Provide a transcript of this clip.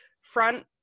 front